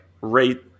rate